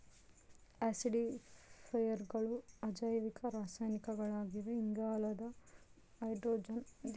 ಆಸಿಡಿಫೈಯರ್ಗಳು ಅಜೈವಿಕ ರಾಸಾಯನಿಕಗಳಾಗಿವೆ ಇಂಗಾಲ ಹೈಡ್ರೋಜನ್ ಹೊಂದಿರದ ರಾಸಾಯನಿಕ ಆಗ್ಯದ